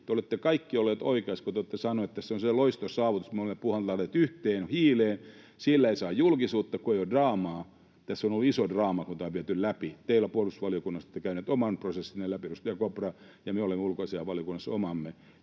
te olette kaikki olleet oikeassa, kun te olette sanoneet, että tässä on loistosaavutus, me olemme puhaltaneet yhteen hiileen. Sillä ei saa julkisuutta, kun ei ole draamaa. Tässä on ollut iso draama, kun tämä on viety läpi. Te puolustusvaliokunnassa olette käyneet oman prosessinne läpi, edustaja Kopra, ja me ulkoasiainvaliokunnassa omamme,